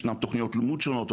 ישנן תוכניות לימוד שונות,